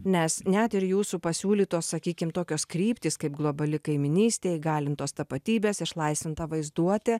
nes net ir jūsų pasiūlytos sakykim tokios kryptys kaip globali kaimynystė įgalintos tapatybės išlaisvinta vaizduotė